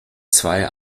zwei